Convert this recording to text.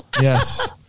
Yes